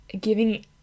giving